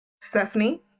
Stephanie